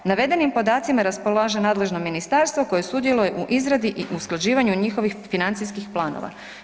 Navedenim podacima raspolaže nadležno ministarstvo koje sudjeluje u izradi i usklađivanju njihovih financijskih planova.